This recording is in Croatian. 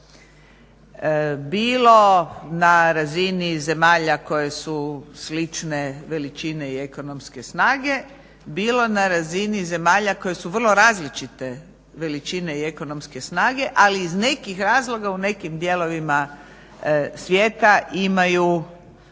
bilo na razini zemalja koje su slične veličini i ekonomske snage, bilo na razini zemalja koje su vrlo različite veličine i ekonomske snage ali iz nekih razloga u nekim dijelovima svijeta imaju